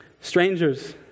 strangers